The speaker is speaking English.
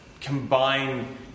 combine